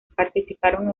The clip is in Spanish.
participaron